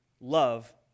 love